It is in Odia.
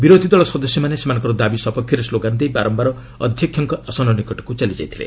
ବିରୋଧୀ ଦଳ ସଦସ୍ୟମାନେ ସେମାନଙ୍କର ଦାବି ସପକ୍ଷରେ ସ୍କୋଗାନ୍ ଦେଇ ବାରମ୍ଭାର ଅଧ୍ୟକ୍ଷକଙ୍କ ଆସନ ନିକଟକୁ ଚାଲି ଯାଇଥିଲେ